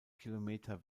kilometer